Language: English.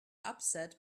upset